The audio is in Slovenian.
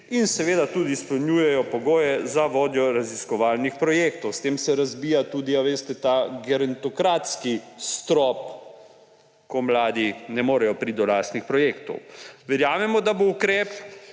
in seveda tudi izpolnjujejo pogoje za vodje raziskovalnih projektov. S tem se razbija tudi, veste, ta gerontokratski strop, ko mladi ne morejo priti do lastnih projektov. Verjamemo, da bo ukrep,